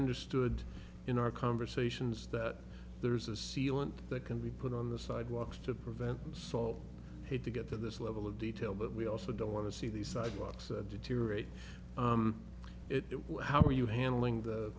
understood in our conversations that there's a sealant that can be put on the sidewalks to prevent salt to get to this level of detail but we also don't want to see these sidewalks deteriorate it well how are you handling the